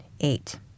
eight